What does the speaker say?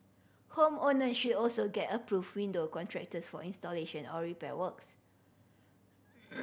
home owner should also get approved window contractors for installation or repair works